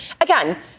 again